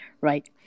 right